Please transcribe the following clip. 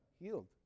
Healed